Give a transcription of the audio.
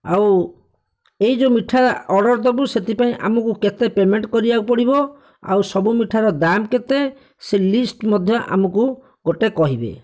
ଆଉ ଏହି ଯେଉଁ ମିଠା ଅର୍ଡ଼ର ଦେବୁ ସେଥିପାଇଁ ଆମକୁ କେତେ ପେମେଣ୍ଟ କରିବାକୁ ପଡ଼ିବ ଆଉ ସବୁ ମିଠାର ଦାମ କେତେ ସେ ଲିଷ୍ଟ ମଧ୍ୟ ଆମକୁ ଗୋଟିଏ କହିବେ